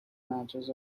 matches